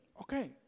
Okay